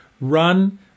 Run